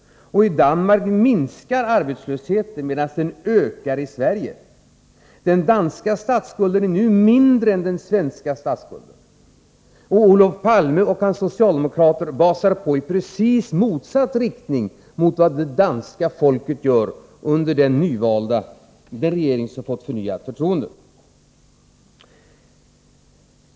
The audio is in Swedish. I Danmark minskar arbetslösheten, medan den ökar i Sverige. Den danska statsskulden är nu mindre än den svenska. Men Olof Palme och hans socialdemokrater basar på i precis motsatt riktning i förhållande till den som det danska folket följer under den regering som fått förnyat förtroende.